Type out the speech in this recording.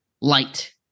light